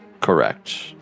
Correct